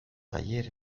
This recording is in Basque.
tailer